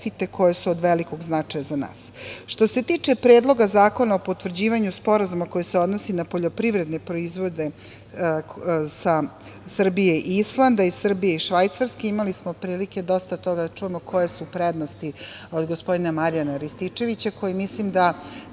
koji su od velikog značaja za nas. Što se tiče Predloga zakona o potvrđivanju sporazuma koji se odnosi na poljoprivredne proizvode Srbije i Islanda i Srbije i Švajcarske, imali smo prilike dosta toga da čujemo koje su prednosti od gospodina Marijana Rističevića i gospodina